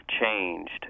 changed